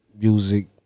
music